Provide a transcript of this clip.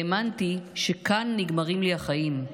האמנתי שכאן נגמרים לי החיים.